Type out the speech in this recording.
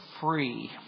free